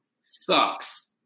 sucks